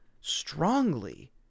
strongly